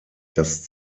das